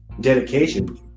Dedication